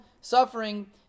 suffering